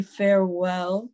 farewell